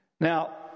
Now